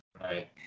Right